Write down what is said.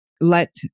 let